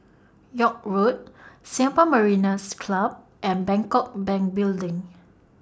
York Road Singapore Mariners' Club and Bangkok Bank Building